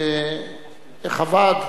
איך עבד?